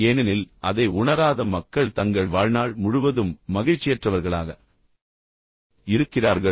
ஏனெனில் அதை உணராத மக்கள் தங்கள் வாழ்நாள் முழுவதும் மகிழ்ச்சியற்றவர்களாக இருக்கிறார்கள்